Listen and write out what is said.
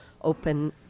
open